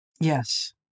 Yes